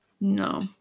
No